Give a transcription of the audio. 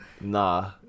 Nah